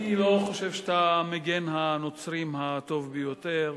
אני לא חושב שאתה מגן הנוצרים הטוב ביותר.